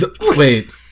Wait